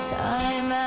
time